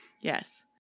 Yes